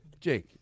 Jake